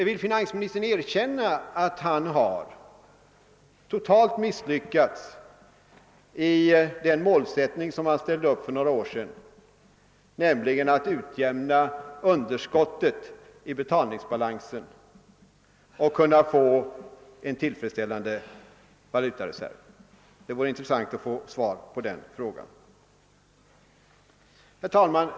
Vill finansministern erkänna att han har totalt misslyckats med den målsättning han ställde upp för några år sedan, nämligen att utjämna underskottet i betalningsbalansen och kunna bygga upp en tillfredsställande valutareserv? Det vore intressant att få svar på den frågan. Herr talman!